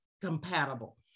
compatible